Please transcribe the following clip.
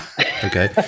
okay